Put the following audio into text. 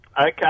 Okay